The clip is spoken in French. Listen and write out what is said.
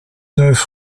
neuf